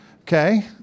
Okay